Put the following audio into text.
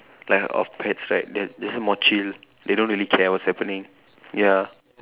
like of pets right they are they more chill they don't really care what's happening ya